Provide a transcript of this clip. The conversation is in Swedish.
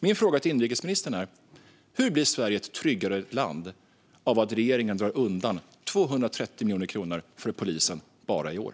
Hur bli Sverige ett tryggare land, inrikesministern, av att regeringen drar undan 230 miljoner kronor för polisen bara i år?